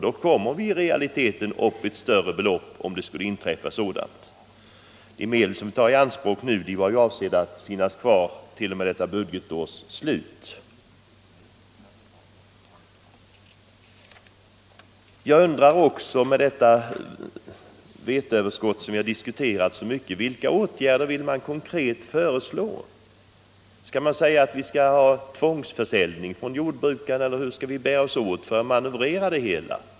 Då kommer vi i realiteten uppi ett större belopp, om det skulle inträffa en katastrof där vi omgående måste hjälpa. De medel som vi nu tar i anspråk var avsedda att finnas kvar till och med detta budgetårs slut. Jag undrar också vilka åtgärder man konkret vill föreslå beträffande detta veteöverskott som vi nu diskuterat så mycket. Skall vi ha en tvångsförsäljning från jordbrukarna eller hur skall vi bära oss åt för att manövrera det hela?